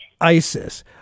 ISIS